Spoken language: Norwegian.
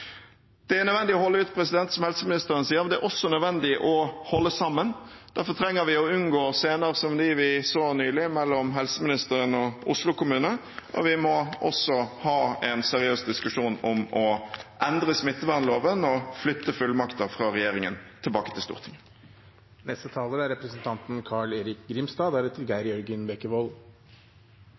Det er nødvendig å holde ut, som helseministeren sier. Det er også nødvendig å holde sammen. Derfor trenger vi å unngå scener som dem vi nylig så mellom helseministeren og Oslo kommune. Vi må også ha en seriøs diskusjon om å endre smittevernloven og flytte fullmakter fra regjeringen tilbake til Stortinget.